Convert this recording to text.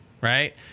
right